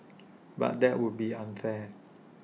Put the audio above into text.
but that would be unfair